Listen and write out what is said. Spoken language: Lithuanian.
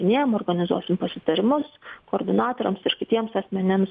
jiem organizuosim pasitarimus koordinatoriams ir kitiems asmenims